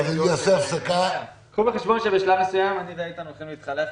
קחו בחשבון שבשלב מסוים אני ואיתן הולכים להתחלף,